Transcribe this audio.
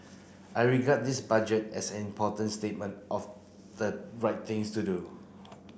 I regard this Budget as an important statement of the right things to do